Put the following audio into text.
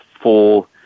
full